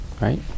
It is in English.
right